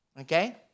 okay